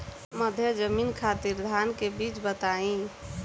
मध्य जमीन खातिर धान के बीज बताई?